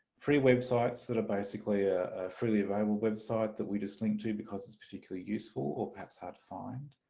free websites that are basically ah freely available websites that we just link to because it's particularly useful or perhaps hard to find,